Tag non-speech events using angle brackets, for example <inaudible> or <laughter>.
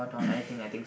<coughs>